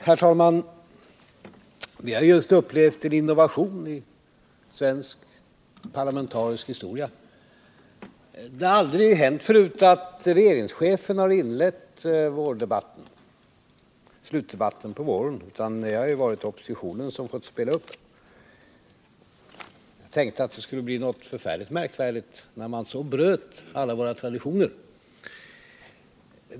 Herr talman! Vi har just upplevt en innovation i svensk parlamentarisk historia. Det har aldrig förut hänt att regeringschefen har inlett slutdebatten i riksdagen på våren, utan det har ju varit oppositionen som fått spela upp den. Jag tänkte att det skulle bli något förfärligt märkvärdigt när man så bröt alla våra traditioner.